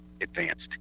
advanced